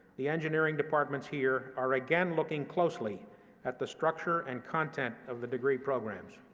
the engineering departments here are again looking closely at the structure and content of the degree programs,